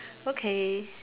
okay